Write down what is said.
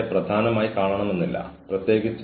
ഒരു പ്രശ്നം നിലവിലുണ്ടെന്ന് അംഗീകരിക്കുക